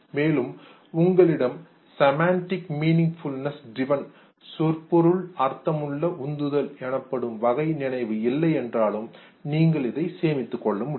மேலும் உங்களிடம் semantic meaningfulness driven சொற்பொருள் அர்த்தமுள்ள உந்துதல் வகை நினைவு இல்லையென்றாலும் நீங்கள் இதை சேமித்துக் கொள்ள முடியும்